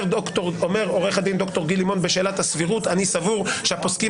אומר עורך הדין ד"ר גיל לימון בשאלת הסבירות: אני סבור שהפוסקים